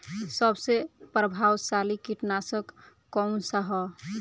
सबसे प्रभावशाली कीटनाशक कउन सा ह?